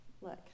look